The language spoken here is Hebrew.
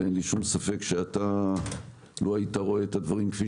ואין לי שום ספק שאתה לו היית רואה את הדברים כפי